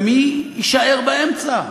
ומי יישאר באמצע?